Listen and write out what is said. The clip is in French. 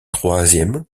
troisième